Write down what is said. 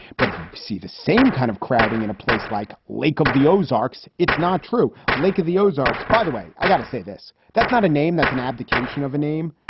but see the same kind of crowding in a place like lake of the ozarks. it's not true. lake of the ozarks, by the way, i've got to say this. that's not a name. that's an abdication of a name.